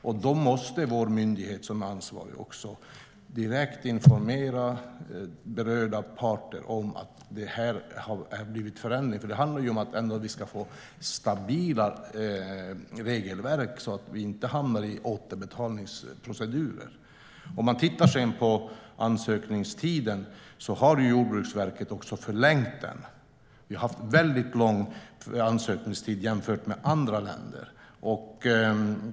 Då måste vår ansvariga myndighet direkt informera berörda parter om att det har blivit en förändring. Det handlar om att vi måste ha stabila regelverk så att vi inte hamnar i återbetalningsprocedurer. Jordbruksverket har förlängt ansökningstiden. Vi har en väldigt lång ansökningstid jämfört med andra länder.